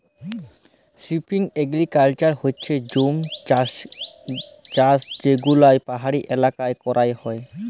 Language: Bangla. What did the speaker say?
শিফটিং এগ্রিকালচার হচ্যে জুম চাষযেগুলা পাহাড়ি এলাকায় করাক হয়